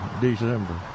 December